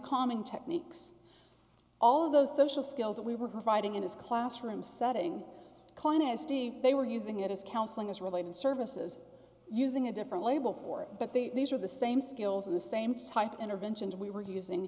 common techniques all of those social skills that we were providing in his classroom setting clean as they were using it as counselling as related services using a different label for it but these are the same skills in the same type interventions we were using